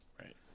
Right